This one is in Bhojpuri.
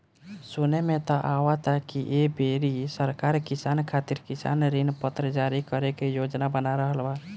सुने में त आवता की ऐ बेरी सरकार किसान खातिर किसान ऋण पत्र जारी करे के योजना बना रहल बा